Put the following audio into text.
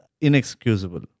inexcusable